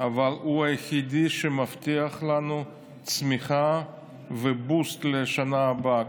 אבל הוא היחידי שמבטיח לנו צמיחה ו-boost לשנה הבאה.